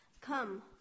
come